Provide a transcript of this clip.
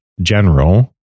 general